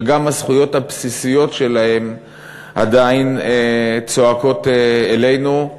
שגם הזכויות הבסיסיות שלהם עדיין צועקות אלינו,